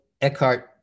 Eckhart